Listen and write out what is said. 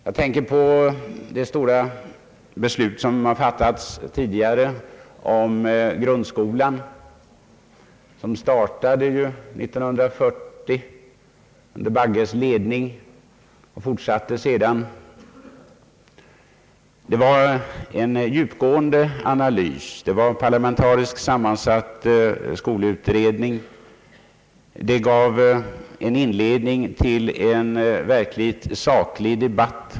Jag tänker på det omfattande utredningsarbete som föregått de beslut som riksdagen tidigare fattat om grundskolan. Det utredningsarbetet startade 19409 under Bagges ledning och fortsatte sedan med en parlamentariskt sammansatt skolutredning, som gjorde en djupgående analys, vilken utgjorde inledningen till en verkligt saklig debatt.